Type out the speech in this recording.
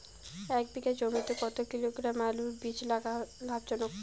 এক বিঘা জমিতে কতো কিলোগ্রাম আলুর বীজ লাগা লাভজনক?